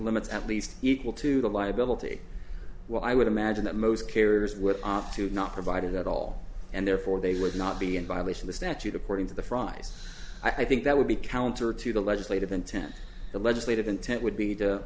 limits at least equal to the liability well i would imagine that most carriers will opt to not provide it at all and therefore they would not be in violation the statute according to the fries i think that would be counter to the legislative intent the legislative intent would be to